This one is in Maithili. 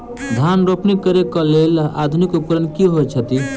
धान रोपनी करै कऽ लेल आधुनिक उपकरण की होइ छथि?